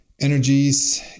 Energies